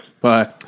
Bye